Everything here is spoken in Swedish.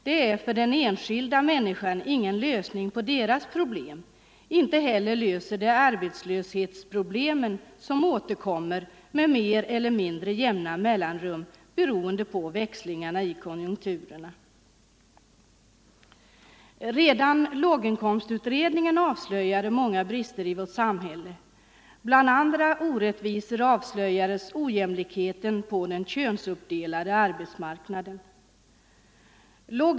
Det är för de enskilda människorna ingen lösning på deras problem. Inte heller löser det arbetslöshetsproblemen, som återkommer med mer eller mindre jämna mellanrum beroende på växlingarna i konjunkturerna. Redan låginkomstutredningen avslöjade många brister och orättvisor i vårt samhälle, bl.a. ojämlikheten på den könsuppdelade arbetsmarknaden.